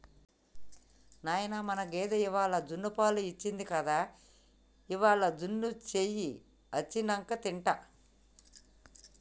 నాయనా మన గేదె ఇవ్వాల జున్నుపాలు ఇచ్చింది గదా ఇయ్యాల జున్ను సెయ్యి అచ్చినంక తింటా